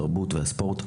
תרבות וספורט.